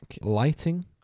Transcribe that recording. lighting